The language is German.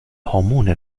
hormone